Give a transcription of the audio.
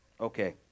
Okay